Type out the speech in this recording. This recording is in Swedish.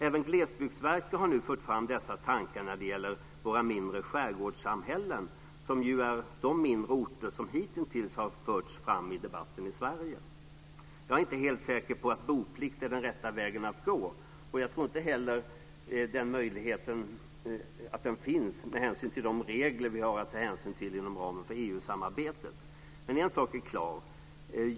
Även Glesbygdsverket har nu fört fram dessa tankar när det gäller våra mindre skärgårdssamhällen, som ju är de mindre orter som hitintills har förts fram i debatten i Jag är inte helt säker på att boplikt är den rätta vägen att gå, och jag tror inte heller att den möjligheten finns med tanke på de regler som vi har att ta hänsyn till inom ramen för EU-samarbetet. Men en sak är klar.